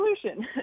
solution